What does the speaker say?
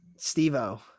steve-o